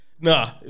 Nah